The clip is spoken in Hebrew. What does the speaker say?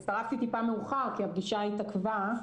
הצטרפתי קצת מאוחר כי הפגישה התעכבה.